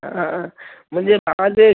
हा मुंहिंजे भाउ जे